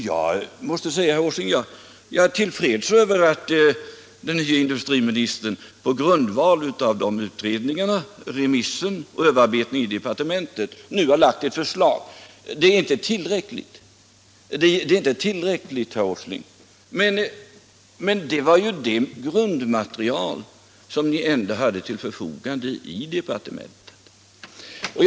Jag är tillfreds med att den nye industriministern på grundval av de utredningarna, den remissen och den överarbetningen i departementet nu har lagt ett förslag. Det är inte tillräckligt, herr Åsling, men det var ju det grundmaterial som ni ändå hade till förfogande i departementet.